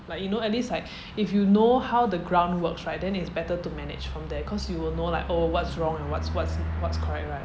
like you know at least like if you know how the ground works right then it's better to manage from there cause you will know like oh what's wrong and what's what's what's correct right